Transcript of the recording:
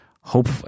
hope